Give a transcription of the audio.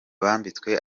bambitswe